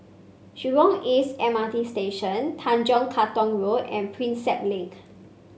Jurong East M R T Station Tanjong Katong Road and Prinsep Link